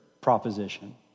proposition